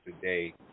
today